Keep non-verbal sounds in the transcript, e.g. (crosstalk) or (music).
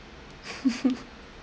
(laughs)